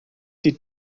die